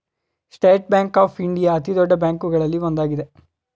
state bank of India ಅತಿದೊಡ್ಡ ಬ್ಯಾಂಕುಗಳಲ್ಲಿ ಒಂದಾಗಿದೆ